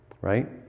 right